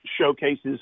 showcases